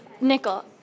nickel